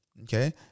Okay